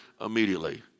immediately